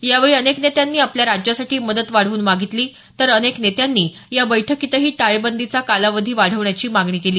यावेळी अनेक नेत्यांनी आपल्या राज्यासाठी मदत वाढवून मागितली तर अनेक नेत्यांनी या बैठकीतही टाळेबंदीचा कालावधी वाढवण्याची मागणी केली